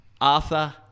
Arthur